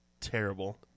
terrible